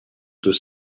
deux